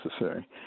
necessary